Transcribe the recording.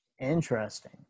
Interesting